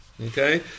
Okay